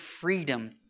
freedom